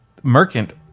Mercant